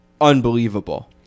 unbelievable